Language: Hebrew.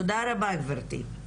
תודה רבה גברתי.